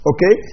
Okay